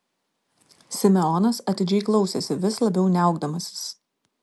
simeonas atidžiai klausėsi vis labiau niaukdamasis